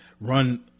run